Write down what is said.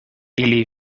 ili